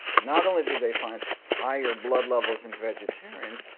not only did they find higher blood levels in vegetarians,